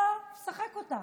אתה משחק אותה.